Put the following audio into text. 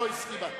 לא הוסכמה.